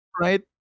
right